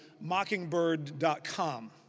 mockingbird.com